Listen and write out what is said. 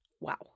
Wow